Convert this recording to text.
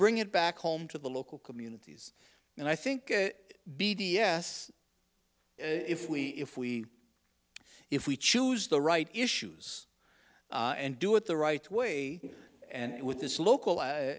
bring it back home to the local communities and i think b d s if we if we if we choose the right issues and do it the right way and with this local